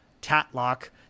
Tatlock